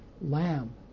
lamb